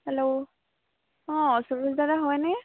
hello অঁ চুৰুজ দাদা হয়নে